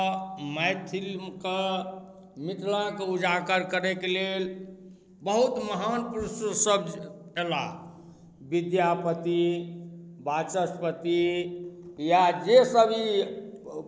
मैथिलीक मिथिलाके उजागर करेके लेल बहुत महान पुरुष सब एलाह विद्यापति वाचस्पति या जे सब ई